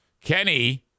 Kenny